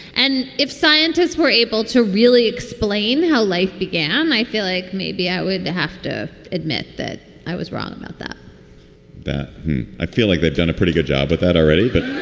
and if scientists were able to really explain how life began. i feel like maybe i would have to admit that i was wrong about that that i feel like they've done a pretty good job with that already but